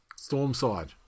Stormside